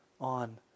on